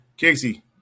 Casey